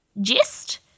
gist